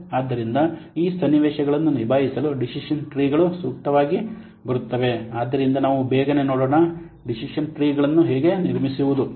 ಆದ್ದರಿಂದ ಈ ಸನ್ನಿವೇಶಗಳನ್ನು ನಿಭಾಯಿಸಲು ಡಿಸಿಷನ್ ಟ್ರೀಗಳು ಸೂಕ್ತವಾಗಿ ಬರುತ್ತವೆ ಆದ್ದರಿಂದ ನಾವು ಬೇಗನೆ ನೋಡೋಣ ಡಿಸಿಷನ್ ಟ್ರೀಗಳನ್ನು ಹೇಗೆ ನಿರ್ಮಿಸಬಹುದು